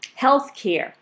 healthcare